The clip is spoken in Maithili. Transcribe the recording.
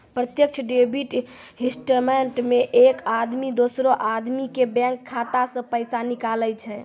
प्रत्यक्ष डेबिट सिस्टम मे एक आदमी दोसरो आदमी के बैंक खाता से पैसा निकाले छै